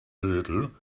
little